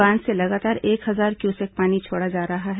बांध से लगातार एक हजार क्यूसेक पानी छोड़ा जा रहा है